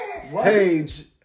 page